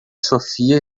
sophia